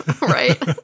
right